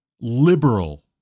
Liberal